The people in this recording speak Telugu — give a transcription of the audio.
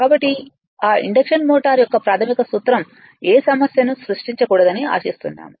కాబట్టి ఆ ఇండక్షన్ మోటార్ యొక్క ప్రాథమిక సూత్రం ఏ సమస్యను సృష్టించకూడదని ఆశిస్తున్నాము